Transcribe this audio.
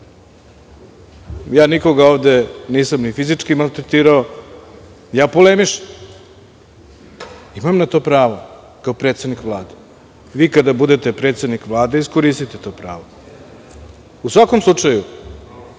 Nikoga ovde nisam ni fizički maltretirao, već polemišem. Imam na to pravo, kao predsednik Vlade. Kada vi budete predsednik Vlade, iskoristite to pravo. U svakom slučaju,